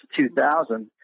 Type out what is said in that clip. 2000